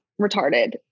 retarded